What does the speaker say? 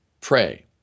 pray